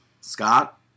Scott